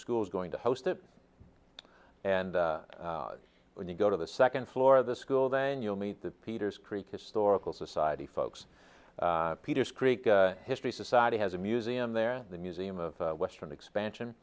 school's going to host it and when you go to the second floor of the school then you'll meet the peters creek historical society folks peters creek history society has a museum there the museum of western expansion